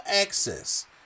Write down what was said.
access